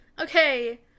Okay